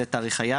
זה תאריך היעד.